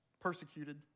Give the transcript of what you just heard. persecuted